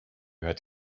had